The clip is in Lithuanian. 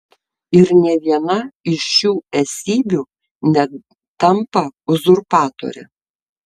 ir nė viena iš šių esybių netampa uzurpatore